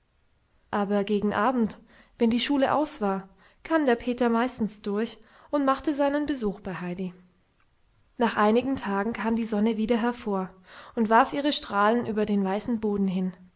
aber gegen abend wenn die schule aus war kam der peter meistens durch und machte seinen besuch beim heidi nach einigen tagen kam die sonne wieder hervor und warf ihre strahlen über den weißen boden hin